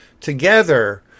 together